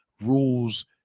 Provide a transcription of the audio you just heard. rules